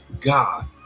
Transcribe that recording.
God